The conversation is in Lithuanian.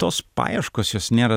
tos paieškos juos nėra